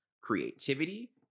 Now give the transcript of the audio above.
creativity